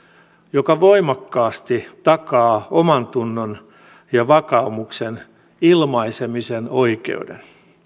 joka voimakkaasti takaa omantunnon ja vakaumuksen ilmaisemisen oikeuden